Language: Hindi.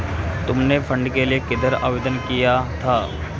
तुमने फंड के लिए किधर आवेदन किया था?